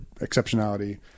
exceptionality